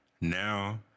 Now